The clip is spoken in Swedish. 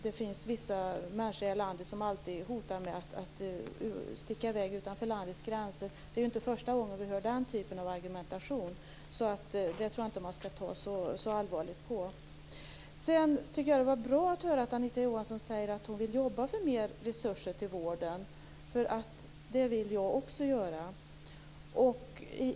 Det finns vissa människor i det här landet som alltid hotar med att sticka i väg utanför landets gränser. Det är inte första gången vi hör den typen av argumentation, så det tror jag inte att man skall ta så allvarligt på. Det var bra att höra att Anita Johansson säger att hon vill jobba för mer resurser till vården. Det vill nämligen jag också göra.